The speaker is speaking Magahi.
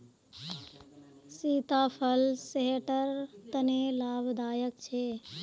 सीताफल सेहटर तने लाभदायक छे